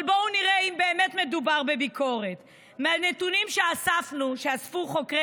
אבל בואו נראה אם באמת מדובר בביקורת: מהנתונים שאספו חוקרי